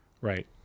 Right